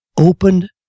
opened